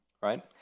right